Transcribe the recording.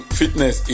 fitness